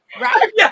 right